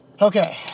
Okay